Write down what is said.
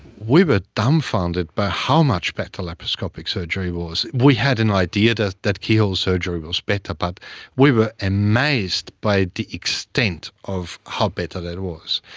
we were dumbfounded by how much better laparoscopic surgery was. we had an idea that that keyhole surgery was better but we were amazed by the extent of how better it was.